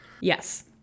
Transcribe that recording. Yes